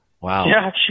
Wow